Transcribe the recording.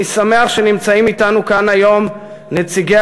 אני שמח שנמצאים אתנו כאן היום נציגי